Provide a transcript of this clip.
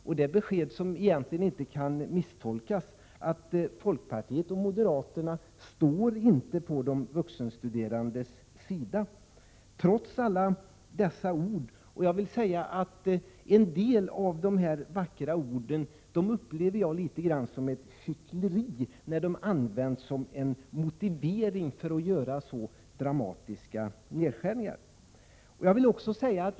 Det är besked som egentligen inte kan misstolkas: Folkpartiet och moderaterna står inte på de vuxenstuderandes sida, trots alla dessa ord. Jag upplever dessa vackra ord som uttryck för hyckleri, när de används som motivering för att göra så dramatiska nedskärningar som det här är fråga om.